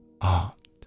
art